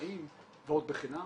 נעים ועוד בחינם.